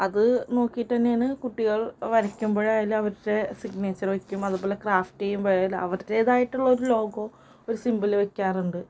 അത് നോക്കിയിട്ടുതന്നെയാണ് കുട്ടികൾ വരയ്ക്കുമ്പോഴായാലും അവരുടെ സിഗ്നേച്ചർ വയ്ക്കും അതുപോലെ ക്രാഫ്റ്റ് ചെയ്യുമ്പോഴായാലും അവരുടെ അവരുടേതായിട്ടുള്ള ഒരു ലോഗോ ഒരു സിംബൽ വയ്ക്കാറുണ്ട്